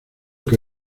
que